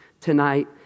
tonight